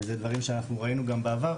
ואלה דברים שאנחנו ראינו גם בעבר,